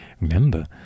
Remember